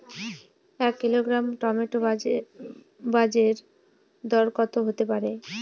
এক kilogram tomato বাজের দরকত হতে পারে?